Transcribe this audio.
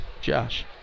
Josh